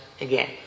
again